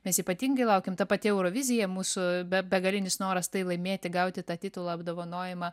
mes ypatingai laukiam ta pati eurovizija mūsų be begalinis noras tai laimėti gauti tą titulą apdovanojimą